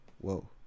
whoa